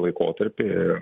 laikotarpį ir